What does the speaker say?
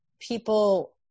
people